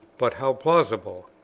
but how plausible!